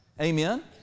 Amen